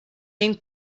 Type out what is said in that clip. name